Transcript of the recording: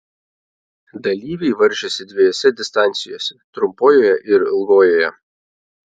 dalyviai varžėsi dviejose distancijose trumpojoje ir ilgojoje